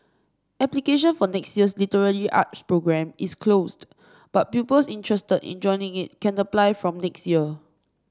application for next year's literary arts programme is closed but pupils interested in joining it can apply from next year